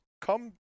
come